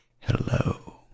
Hello